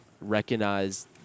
recognize